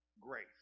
grace